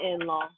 in-law